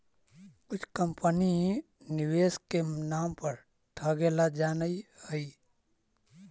कुछ कंपनी निवेश के नाम पर ठगेला जानऽ हइ